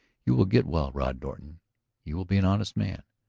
you will get well, rod norton you will be an honest man.